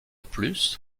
plus